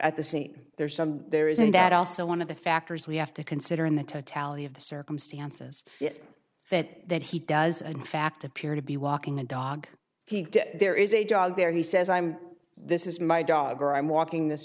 at the scene there's some there isn't that also one of the factors we have to consider in the totality of the circumstances that that he does in fact appear to be walking a dog he there is a dog there who says i'm this is my dog or i'm walking th